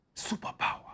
superpower